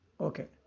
Okay